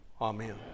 Amen